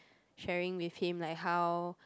sharing with him like how